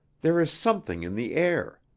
there is something in the air.